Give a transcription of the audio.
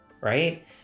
Right